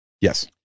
Yes